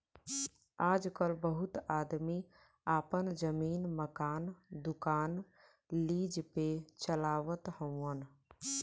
आजकल बहुत आदमी आपन जमीन, मकान, दुकान लीज पे चलावत हउअन